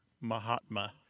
Mahatma